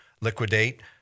liquidate